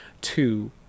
two